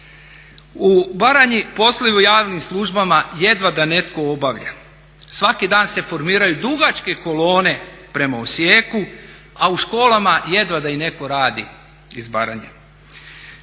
U Baranji poslovi u javnim službama jedva da netko obavlja. Svaki dan se formiraju dugačke kolone prema Osijeku a u školama jedva da i netko radi iz Baranje.